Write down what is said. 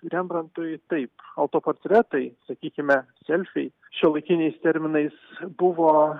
rembrantui taip autoportretai sakykime selfiai šiuolaikiniais terminais buvo